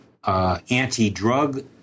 Anti-drug